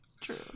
True